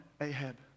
Ahab